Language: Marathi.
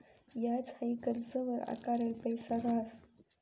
याज हाई कर्जवर आकारेल पैसा रहास